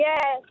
Yes